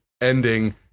ending